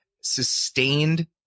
sustained